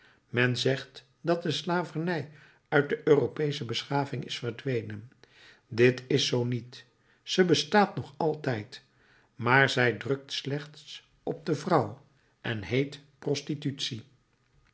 men zegt dat de slavernij uit de europeesche beschaving is verdwenen dit is zoo niet zij bestaat nog altijd maar zij drukt slechts op de vrouw en heet prostitutie